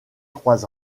trois